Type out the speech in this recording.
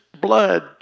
blood